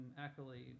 accolade